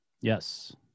Yes